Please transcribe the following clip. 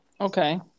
Okay